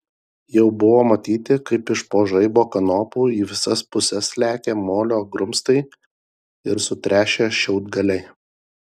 jau buvo matyti kaip iš po žaibo kanopų į visas puses lekia molio grumstai ir sutrešę šiaudgaliai